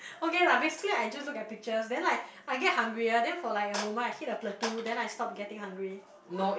okay lah basically I just look at pictures then like I get hungry ah then for like a moment I hit the plateau then I stop getting hungry